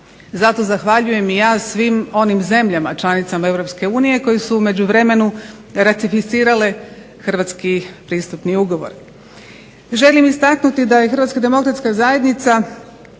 Zato zahvaljujem ja svim zemljama članicama europske unije koji su u međuvremenu ratificirale Hrvatski pristupni ugovor. Želim istaknuti da je Hrvatska demokratska zajednica